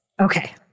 Okay